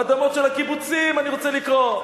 אדמות של הקיבוצים אני רוצה לקרוא.